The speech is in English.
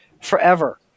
forever